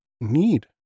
need